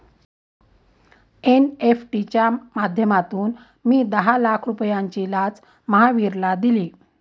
NEFT च्या माध्यमातून मी दहा लाख रुपयांची लाच महावीरला दिली